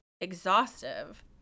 exhaustive